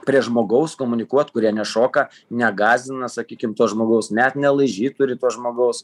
prie žmogaus komunikuot kurie nešoka negąsdina sakykim to žmogaus net nelaižyt turi to žmogaus